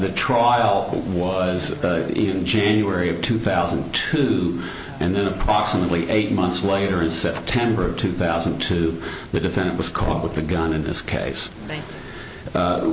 one trial was in january of two thousand and two and then approximately eight months later in september of two thousand and two the defendant was caught with a gun in this case